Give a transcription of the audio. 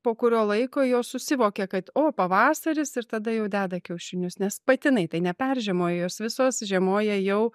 po kurio laiko jos susivokia kad o pavasaris ir tada jau deda kiaušinius nes patinai tai neperžiemoja jos visos žiemoja jau